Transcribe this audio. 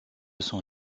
son